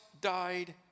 died